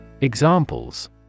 Examples